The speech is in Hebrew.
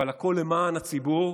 אבל הכול למען הציבור,